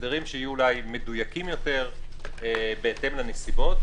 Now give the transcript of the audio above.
הסדרים שיהיו אולי מדויקים יותר בהתאם לנסיבות,